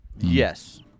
Yes